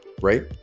Right